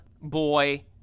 boy